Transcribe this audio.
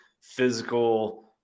physical